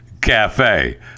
cafe